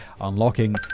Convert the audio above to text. Unlocking